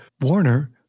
Warner